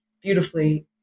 beautifully